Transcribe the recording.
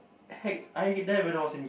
heck I didn't know when I was in